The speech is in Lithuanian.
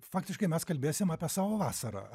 faktiškai mes kalbėsim apie savo vasarą